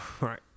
Right